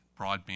broadband